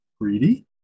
greedy